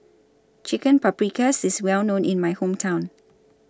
Chicken Paprikas IS Well known in My Hometown